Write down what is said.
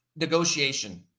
negotiation